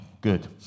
Good